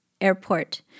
airport